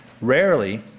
Rarely